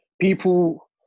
people